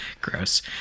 gross